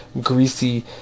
greasy